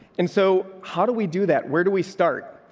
and so how do we do that? where do we start?